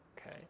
Okay